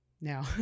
now